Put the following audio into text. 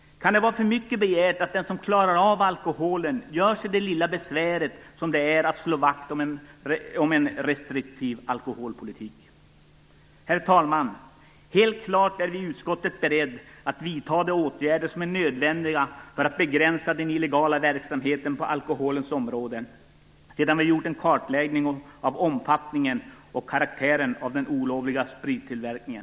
Kan det vara för mycket begärt att den som klarar av alkoholen gör sig det lilla besvär som det är att slå vakt om en restriktiv alkoholpolitik? Herr talman! Helt klart är utskottet berett att vidta de åtgärder som är nödvändiga för att begränsa den illegala verksamheten på alkoholens område sedan det gjorts en kartläggning av omfattningen och karaktären av den olovliga sprittillverkningen.